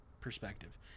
perspective